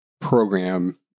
program